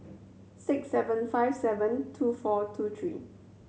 six seven five seven two four two three